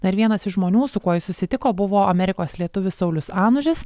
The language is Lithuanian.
dar vienas iš žmonių su kuo ji susitiko buvo amerikos lietuvis saulius anužis